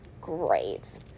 great